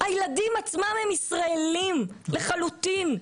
הילדים עצמם הם ישראלים לחלוטין,